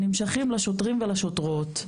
נמשכים לשוטרים ולשטרות,